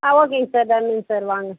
ஆ ஓகேங்க சார் கிளம்புங்க சார் வாங்க